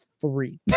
three